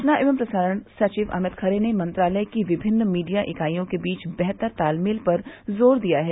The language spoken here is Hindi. सूचना एवं प्रसारण सचिव अमित खरे ने मंत्रालय की विभिन्न मीडिया इकाईयों के बीच बेहतर तालमेल पर जोर दिया है